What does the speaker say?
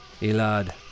Elad